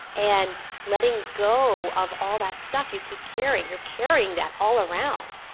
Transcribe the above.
and letting go of all that stuff you keep carrying you're carrying that all around.